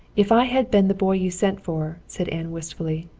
if i had been the boy you sent for, said anne wistfully,